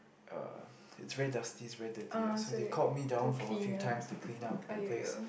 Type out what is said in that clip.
uh it's very dusty it's very dirty lah so they called me down for a few times to clean up the place